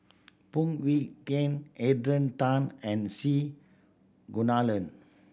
Phoon Yew Tien Adrian Tan and C Kunalan